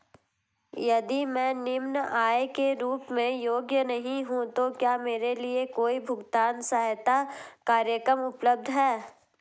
यदि मैं निम्न आय के रूप में योग्य नहीं हूँ तो क्या मेरे लिए कोई भुगतान सहायता कार्यक्रम उपलब्ध है?